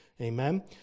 Amen